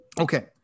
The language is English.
Okay